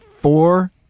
Four